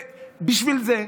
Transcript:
בשביל זה,